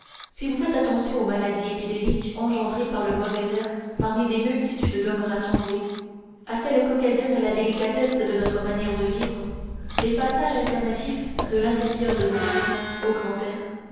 si vous faites attention aux maladies épidémiques engendrées par le mauvais air parmi des multitudes d'hommes rassemblés à celles qu'occasionnent la délicatesse de notre manière de vivre les passages alternatifs de l'intérieur de nos maisons au grand air